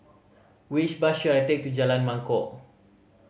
which bus should I take to Jalan Mangkok